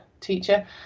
teacher